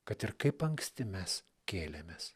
kad ir kaip anksti mes kėlėmės